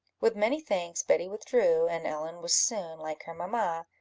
with many thanks, betty withdrew, and ellen was soon, like her mamma,